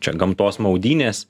čia gamtos maudynės